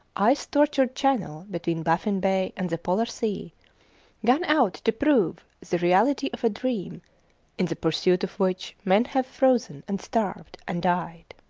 ice-tortured channel between baffin bay and the polar sea gone out to prove the reality of a dream in the pursuit of which men have frozen and starved and died.